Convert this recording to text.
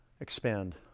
expand